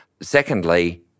Secondly